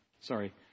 Sorry